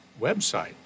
website